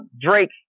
Drake